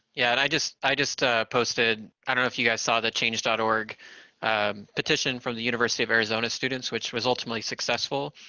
yeah and i just i just posted, i don't know if you guys saw the change dot org um petition from the university of arizona students, which was ultimately successful,